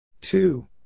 Two